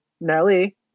Nelly